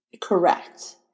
Correct